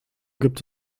gibt